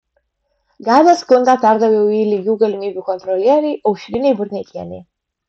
gavęs skundą perdaviau jį lygių galimybių kontrolierei aušrinei burneikienei